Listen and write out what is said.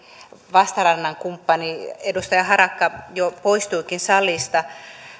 vastarannan kumppani edustaja harakka jo poistuikin salista